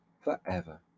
forever